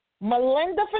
Melinda